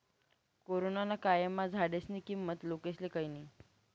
corona ना कायमा झाडेस्नी किंमत लोकेस्ले कयनी